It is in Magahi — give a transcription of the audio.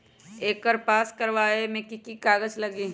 एकर पास करवावे मे की की कागज लगी?